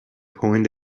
point